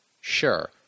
Sure